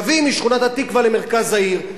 קווים משכונת-התקווה למרכז העיר.